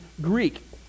Greek